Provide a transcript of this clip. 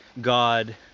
God